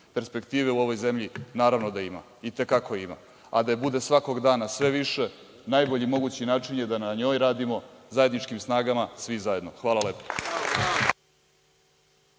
Perspektive u ovoj zemlji naravno da ima, i te kako ima, a da je ima svakog dana sve više najbolji mogući način je da na njoj radimo zajedničkim snagama svi zajedno. Hvala lepo.